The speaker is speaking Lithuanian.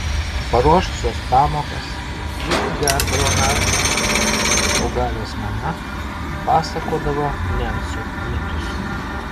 paruošusios pamokas vėl gerdavome arbatą o galios mama pasakodavo nencų mitus